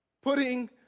putting